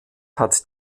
hat